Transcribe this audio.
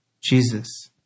Jesus